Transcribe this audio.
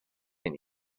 and